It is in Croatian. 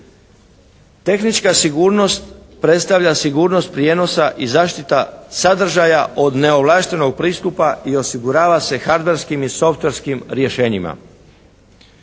Tehnička sigurnost predstavlja sigurnost prijenosa i zaštita sadržaja od neovlaštenog pristupa i osigurava se hardverskim i softverskim rješenjima.